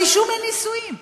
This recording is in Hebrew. ברישום לנישואין.